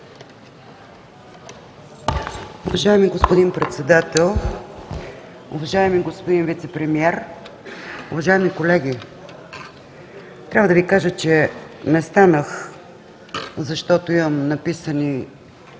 Уважаеми господин Председател, уважаеми господин Вицепремиер, уважаеми колеги! Трябва да Ви кажа, че не станах, защото имам написани